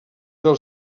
del